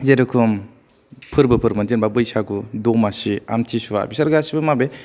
जेरेखम फोरबोफोर मोन जेनावबा बैसागु दमासि आमथिसुया बिसोर गासिबो माबे